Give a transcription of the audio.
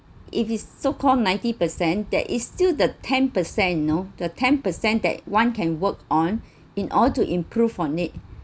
it is so called ninety percent there is still the ten percent you know the ten percent that one can work on in order to improve on it